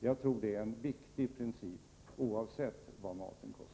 Jag tror att detta är en viktig princip, oavsett vad maten kostar.